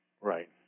Right